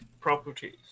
properties